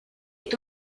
est